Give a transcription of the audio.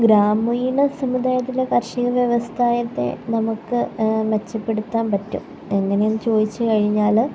ഗ്രാമീണസമുദായത്തിലെ കാർഷിക വ്യവസായത്തെ നമുക്ക് മെച്ചപ്പെടുത്താൻ പറ്റും എങ്ങനെയെന്ന് ചോദിച്ചു കഴിഞ്ഞാൽ